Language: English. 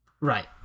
Right